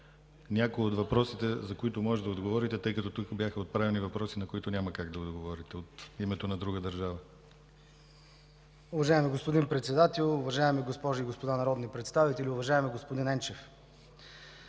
някои от въпросите, на които можете да отговорите, тъй като тук бяха отправени въпроси, на които няма как да отговорите от името на друга държава. МИНИСТЪР НИКОЛАЙ НЕНЧЕВ: Уважаеми господин Председател, уважаеми госпожи и господа народни представители! Уважаеми господин Енчев,